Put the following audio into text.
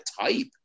type